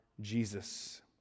Jesus